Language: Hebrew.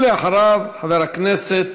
ואחריו, חבר הכנסת